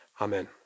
amen